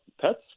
pets